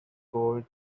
gold